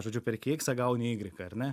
žodžiu perki iksą gauni ygriką